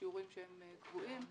בשיעורים שהם קבועים,